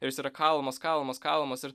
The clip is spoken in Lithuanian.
ir jos yra kalamos kalamos kalamos ir